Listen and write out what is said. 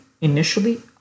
Initially